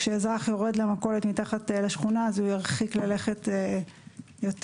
כשאזרח יורד למכולת מתחת לשכונה, ירחיק ללכת יותר.